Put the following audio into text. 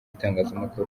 bitangazamakuru